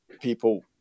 people